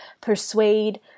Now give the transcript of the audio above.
persuade